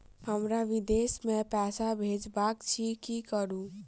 हमरा विदेश मे पैसा भेजबाक अछि की करू?